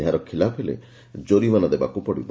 ଏହାର ଖିଲାପ ହେଲେ ଜୋରିମାନା ଦେବାକ ପଡିବ